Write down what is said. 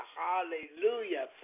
hallelujah